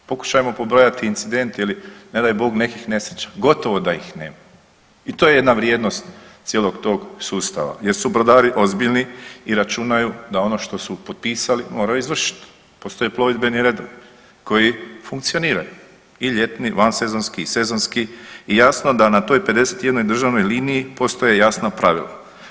Pokušajmo pobrojati incidente ili ne daj Bog nekih nesreća, gotovo da ih nema i to je jedna vrijednost cijelog tog sustava jer su brodari ozbiljni i računaju da ono što su potpisali moraju izvršit, postoje plovidbeni redovi koji funkcioniraju i ljetni, vansezonski i sezonski i jasno da na toj 51 državnoj liniji postoje jasna pravila.